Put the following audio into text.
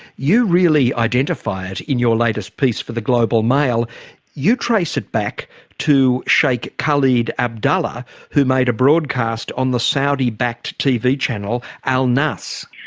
you really identify it in your latest piece for the global mail you trace it back to sheikh khaled abdallah who made a broadcast on the saudi-backed tv channel, al nas. yes.